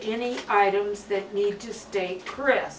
any items that need to stay chris